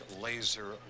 laser